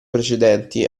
precedenti